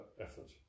effort